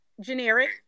generic